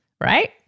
Right